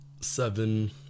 seven